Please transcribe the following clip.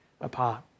apart